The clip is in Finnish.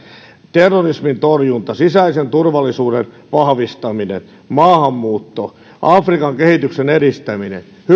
terrorismin torjunta sisäisen turvallisuuden vahvistaminen maahanmuutto afrikan kehityksen edistäminen